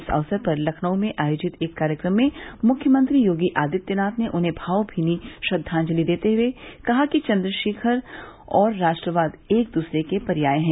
इस अवसर पर लखनऊ में आयोजित एक कार्यक्रम में मुख्यमंत्री योगी आदित्यनाथ ने उन्हें भावभीनी श्रद्वांजलि देते हुए कहा कि चन्द्रशेखर और राष्ट्रवाद एक दूसरे के पर्याय हैं